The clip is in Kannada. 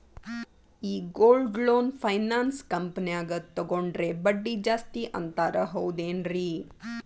ಈ ಗೋಲ್ಡ್ ಲೋನ್ ಫೈನಾನ್ಸ್ ಕಂಪನ್ಯಾಗ ತಗೊಂಡ್ರೆ ಬಡ್ಡಿ ಜಾಸ್ತಿ ಅಂತಾರ ಹೌದೇನ್ರಿ?